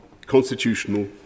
constitutional